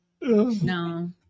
No